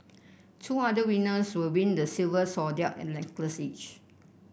two other winners will win the silver zodiac necklace each